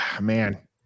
man